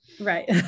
Right